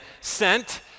sent